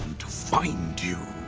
find you!